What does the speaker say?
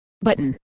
button